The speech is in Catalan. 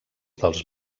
dels